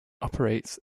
operates